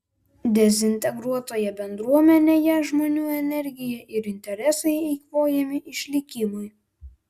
dezintegruotoje bendruomenėje žmonių energija ir interesai eikvojami išlikimui